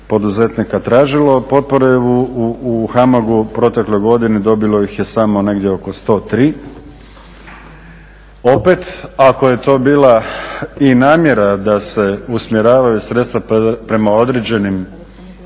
poduzetnika tražilo potpore u HAMAG-u. Protekle godine dobilo ih je samo negdje oko 103. Opet, ako je to bila i namjera da se usmjeravaju sredstva prema određenim